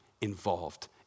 involved